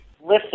listen